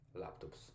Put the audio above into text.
laptop's